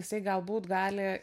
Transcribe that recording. jisai galbūt gali